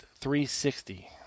360